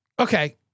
okay